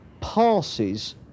passes